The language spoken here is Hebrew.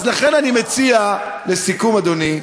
בסדר, זה לא כל, אז לכן אני מציע, לסיכום, אדוני,